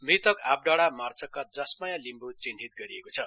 मृतक आपडाँडा मार्चकका जस माया लिम्ब् चिन्हित गरेको छ